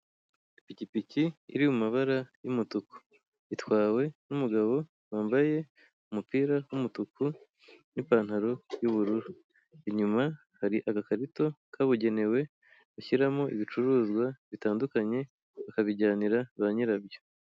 Ipikipiki iri mu mabara y'umutuku. Itwawe n'umugabo wambaye umupira w'umutuku n'ipantaro y'ubururu. Inyuma hari agakarito kabugenewe, bashyiramo ibicuruzwa bitandukanye bakabijyanira banyirabyo.